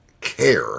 care